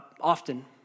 often